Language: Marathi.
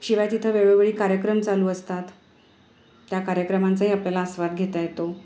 शिवाय तिथं वेळोवेळी कार्यक्रम चालू असतात त्या कार्यक्रमांचाही आपल्याला आस्वाद घेता येतो